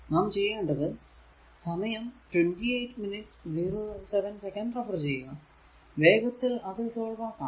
നാം ചെയ്യേണ്ടത് വേഗത്തിൽ അത് സോൾവ് ആക്കാം